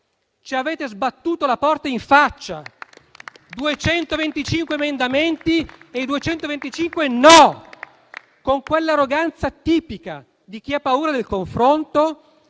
ci avete sbattuto la porta in faccia: 225 emendamenti e 225 no, con quell'arroganza tipica di chi ha paura del confronto